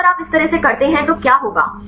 तो अगर आप इस तरह से करते हैं तो क्या होगा